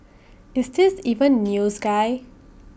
is this even news guy